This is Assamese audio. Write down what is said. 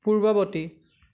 পূৰ্ববৰ্তী